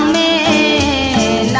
a